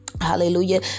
Hallelujah